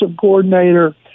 coordinator